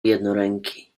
jednoręki